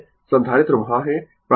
तो यह VC है संधारित्र वहाँ है